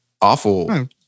awful